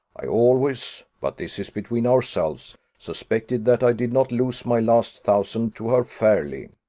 i always but this is between ourselves suspected that i did not lose my last thousand to her fairly.